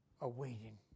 awaiting